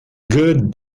good